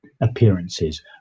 appearances